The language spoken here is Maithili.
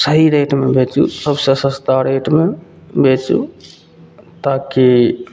सही रेटमे बेचू सबसे सस्ता रेटमे बेचू ताकि